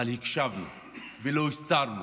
אבל הקשבנו ולא הסתרנו